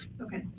Okay